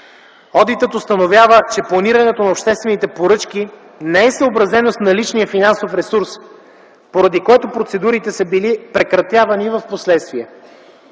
Одитът установява, че планирането на обществените поръчки не е съобразено с наличния финансов ресурс, поради който процедурите са били прекратявани впоследствие.